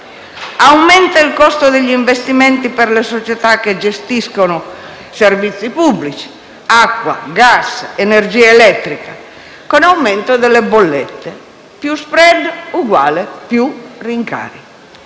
aumenta il costo degli investimenti per le società che gestiscono servizi pubblici, acqua, gas, energia elettrica, con aumento delle bollette: più *spread* uguale più rincari.